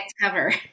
cover